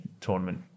tournament